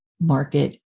market